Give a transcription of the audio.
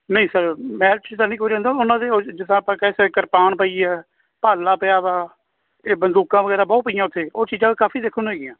ਨਹੀਂ ਸਰ ਮਹਿਲ 'ਚ ਤਾਂ ਨਹੀਂ ਕੋਈ ਰਹਿੰਦਾ ਉਹਨਾਂ ਦੇ ਓ ਜਿੱਦਾਂ ਆਪਾਂ ਕਹਿ ਸਕਦੇ ਕਿਰਪਾਨ ਪਈ ਆ ਭਾਲਾ ਪਿਆ ਵਾ ਇਹ ਬੰਦੂਕਾਂ ਵਗੈਰਾ ਬਹੁਤ ਪਈਆਂ ਉੱਥੇ ਉਹ ਚੀਜ਼ਾਂ ਕਾਫ਼ੀ ਦੇਖਣ ਨੂੰ ਹੈਗੀਆ